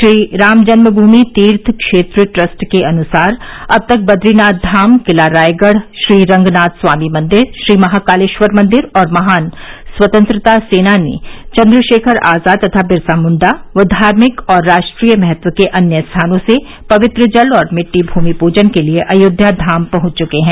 Shriram Janmabhoomi Teerth Kshetra trust के अनुसार अब तक बद्रीनाथ धाम किला रायगढ़ श्रीरंगनाथ स्वामी मंदिर श्रीमहाकालेश्वर मंदिर और महान स्वतंत्रता सेनानी चन्द्रशेखर आजाद तथा बिरसा मुण्डा व धार्मिक और राष्ट्रीय महत्व के अन्य स्थानों से पवित्र जल और मिट्टी भूमि पूजन के लिए अयोध्या धाम पहुंच चुके हैं